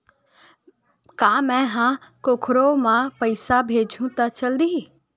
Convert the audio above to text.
का मै ह कोखरो म पईसा भेजहु त चल देही?